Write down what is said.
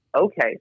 okay